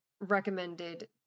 recommended